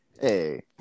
Hey